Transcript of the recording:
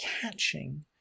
catching